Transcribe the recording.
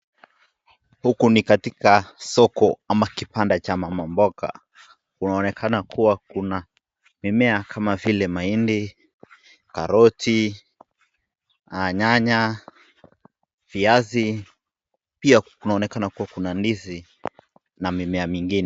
Huku ni katika soko ama kibanda cha mama mboga, paonekana kuwa kuna mimea kama vile mahindi, karoti, nyanya, viazi pia paonekana kuwa kuna ndizi na mimea zingine.